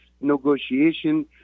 negotiation